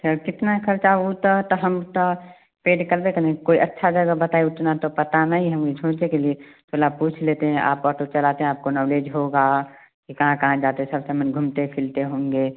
sir कितना ख़र्चा वह तो तो हम तो पेड़ करबे करेंगे कोई अच्छा जगह बताइए उतना तो पता नहीं है मुझ सोचने के लिए थोड़ा पूछ लेते हैं आप ऑटो चलाते हैं आपको नॉलेज होगा कि कहाँ कहाँ जाते सब घूमन घूमते फिरते होंगे